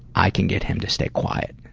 i can get him to stay quiet.